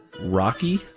Rocky